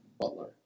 butler